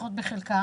לפחות בחלקה